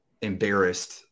embarrassed